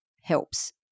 helps